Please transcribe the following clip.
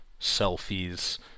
selfies